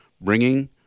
bringing